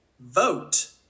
Vote